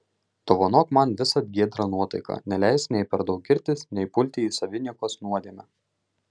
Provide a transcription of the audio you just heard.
dovanok man visad giedrą nuotaiką neleisk nei per daug girtis nei pulti į saviniekos nuodėmę